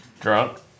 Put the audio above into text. Drunk